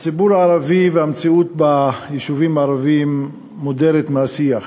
הציבור הערבי והמציאות ביישובים הערביים מודרים מהשיח.